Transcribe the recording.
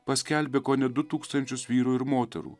paskelbė kone du tūkstančius vyrų ir moterų